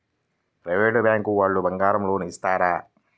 Private bank వాళ్ళు బంగారం loan ఇస్తారా?